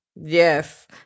Yes